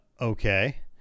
okay